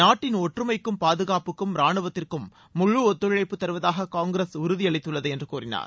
நாட்டின் ஒற்றுமைக்கும் பாதுகாப்புக்கும் ரானுவத்திற்கும் முழு ஒத்துழைப்புத் தருவதாக காங்கிரஸ் உறுதியளித்துள்ளது என்று கூறினார்